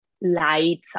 lights